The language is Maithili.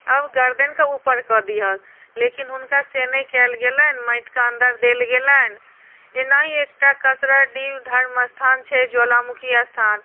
आ गरदनिके ऊपर कऽ दिहऽ लेकिन हुनका से नहि कयल गेलनि माटिके अन्दर देल गेलनि एनाही एकटा धर्म स्थान छै ज्वालामुखी स्थान